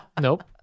nope